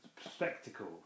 spectacle